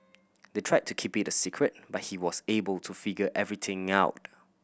they tried to keep it a secret but he was able to figure everything out